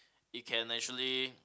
it can actually